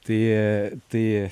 tai tai